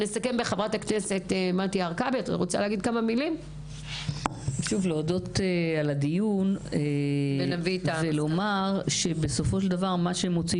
אני רוצה רק להודות על הדיון ולומר שבסופו של דבר מה שמוציא